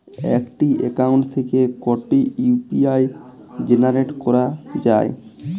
একটি অ্যাকাউন্ট থেকে কটি ইউ.পি.আই জেনারেট করা যায়?